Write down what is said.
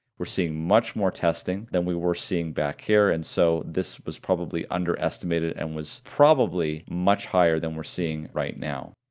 we're seeing much more testing than we were seeing back here, and so this was probably underestimated and was probably much higher than we're seeing right now.